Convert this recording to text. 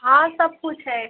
हाँ सब कुछ है